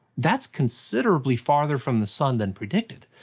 that's considerably father from the sun than predicted.